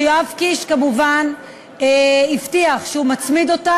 ויואב קיש כמובן הבטיח שהוא יצמיד אותה